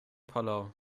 palau